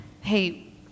Hey